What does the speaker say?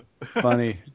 Funny